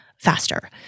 faster